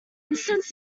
instance